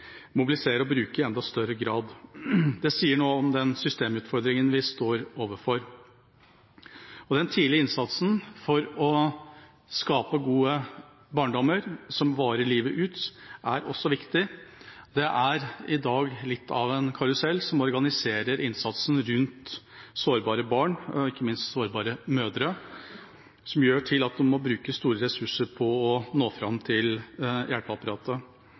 mobilisere og bruke i enda større grad. Det sier noe om den systemutfordringen vi står overfor. Den tidlige innsatsen for å skape en god barndom som varer livet ut, er også viktig. Det er i dag litt av en karusell som organiserer innsatsen rundt sårbare barn, og ikke minst sårbare mødre, som gjør at de må bruke store ressurser på å nå fram til hjelpeapparatet.